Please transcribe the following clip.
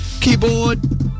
Keyboard